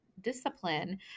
discipline